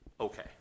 okay